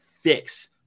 fix